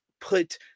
put